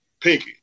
pinky